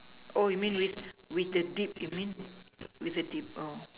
oh you mean with with the dip you mean with the dip oh